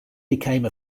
became